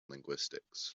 linguistics